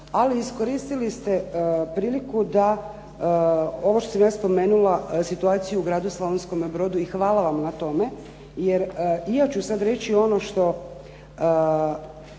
ali iskoristili priliku da ovo što sam ja spomenula situaciju u Gradu Slavonskome brodu i hvala vam na tome, jer i ja ću sad reći ono što